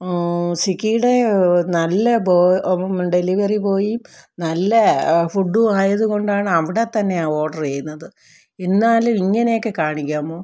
സ്വിഗ്ഗിയുടെ നല്ല ബോ ഡെലിവറി ബോയും നല്ല ഫുഡും ആയതു കൊണ്ടാണ് അവിടെ തന്നെ ഓഡർ ചെയ്യുന്നത് എന്നാലും ഇങ്ങനെയൊക്കെ കാണിക്കാമോ